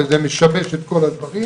וזה משבש את כל הדברים,